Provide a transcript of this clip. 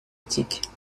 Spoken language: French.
éthiques